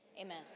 Amen